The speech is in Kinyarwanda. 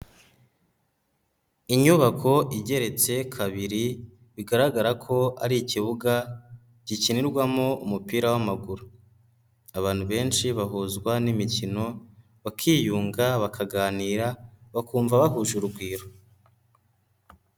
Inyubako igeretse kabiri, bigaragara ko ari ikibuga, gikinirwamo umupira w'amaguru, abantu benshi bahuzwa n'imikino, bakiyunga bakaganira, bakumva bahuje urugwiro.